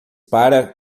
para